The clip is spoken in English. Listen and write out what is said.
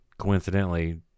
coincidentally